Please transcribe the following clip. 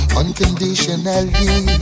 unconditionally